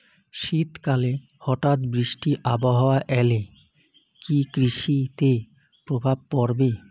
শীত কালে হঠাৎ বৃষ্টি আবহাওয়া এলে কি কৃষি তে প্রভাব পড়বে?